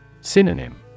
Synonym